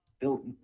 Built